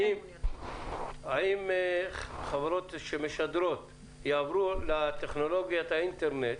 האם חברות שמשדרות יעברו לטכנולוגיית האינטרנט?